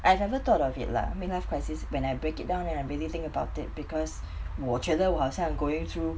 I never thought of it lah mid life crisis when I break it down and I really think about it because 我觉得我好像 going through